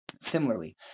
Similarly